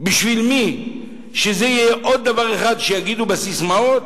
בשביל מי, שיהיה עוד דבר אחד שיגידו בססמאות: